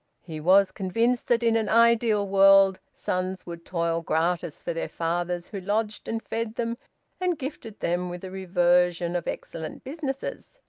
he was convinced that in an ideal world sons would toil gratis for their fathers who lodged and fed them and gifted them with the reversion of excellent businesses.